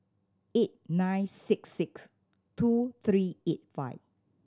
eight nine six six two three eight five